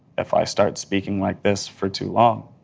if i start speaking like this for too long,